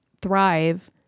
thrive